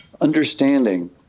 Understanding